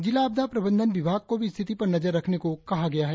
जिला आपदा प्रबंधन विभाग को भी स्थिति पर नजर रखने को कहा गया है